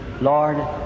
Lord